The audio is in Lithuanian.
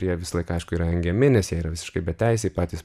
jie visą laiką aišku yra engiami nes jie yra visiškai beteisiai patys